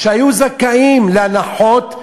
שהיו זכאים להנחות,